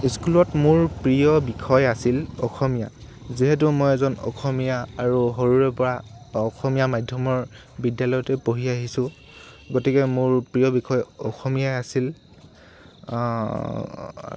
স্কুলত মোৰ প্ৰিয় বিষয় আছিল অসমীয়া যিহেতু মই এজন অসমীয়া আৰু সৰুৰে পৰা অসমীয়া মাধ্যমৰ বিদ্যালয়তে পঢ়ি আহিছোঁ গতিকে মোৰ প্ৰিয় বিষয় অসমীয়াই আছিল